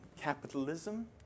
capitalism